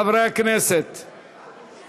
חברי הכנסת,